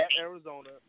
Arizona